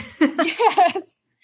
Yes